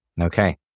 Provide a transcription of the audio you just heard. Okay